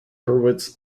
hurwitz